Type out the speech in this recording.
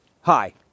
Hi